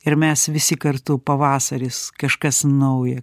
ir mes visi kartu pavasaris kažkas nauja